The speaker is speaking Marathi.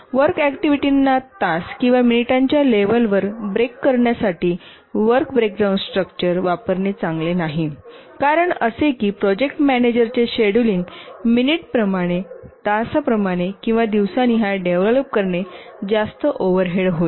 वर्क ऍक्टिव्हिटीना तास किंवा मिनिटांच्या लेव्हलवर ब्रेक करण्यासाठी वर्क ब्रेकडाउन स्ट्रक्चर वापरणे चांगले नाही कारण असे की प्रोजेक्ट मॅनेजरचे शेड्यूलिंग मिनिटनिहाय तासनिहाय किंवा दिवसानिहाय डेव्हलप करणे जास्त ओव्हरहेड होईल